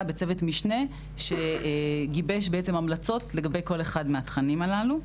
בצוות משנה שגיבש המלצות לגבי כל אחד מהתכנים הללו.